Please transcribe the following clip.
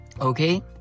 Okay